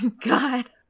god